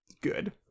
good